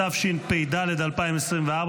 התשפ"ד 2024,